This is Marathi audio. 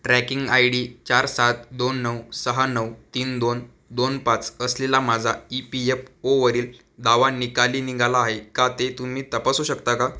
ट्रॅकिंग आय डी चार सात दोन नऊ सहा नऊ तीन दोन दोन पाच असलेला माझा ई पी एप ओवरील दावा निकाली निघाला आहे का ते तुम्ही तपासू शकता का